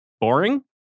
boring